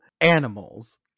animals